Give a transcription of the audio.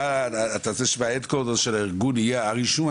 הרישום,